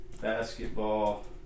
basketball